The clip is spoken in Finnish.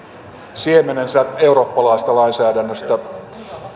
siemenensä eurooppalaisesta lainsäädännöstä